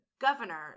governor